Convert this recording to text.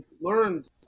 learned